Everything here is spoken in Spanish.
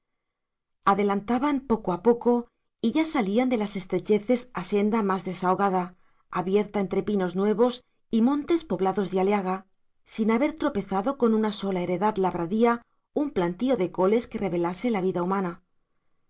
adelantaban poco a poco y ya salían de las